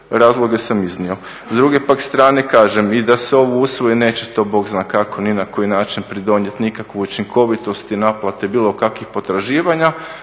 razloge sam iznio. S druge pak strane kažem i da se ovo usvoji neće to Bog zna kako ni na koji način pridonijeti nikakvoj učinkovitosti naplate bilo kakvih potraživanja